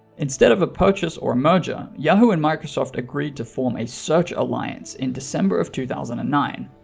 instead of a purchase or merger, yahoo and microsoft agreed to form a search alliance in december of two thousand and nine.